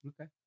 Okay